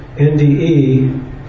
NDE